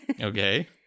Okay